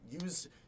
use